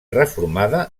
reformada